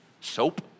soap